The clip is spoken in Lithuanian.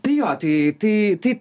tai jo tai tai tai